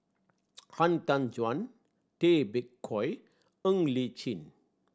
Han Tan Juan Tay Bak Koi Ng Li Chin